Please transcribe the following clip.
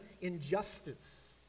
injustice